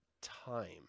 time